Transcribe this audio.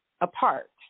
apart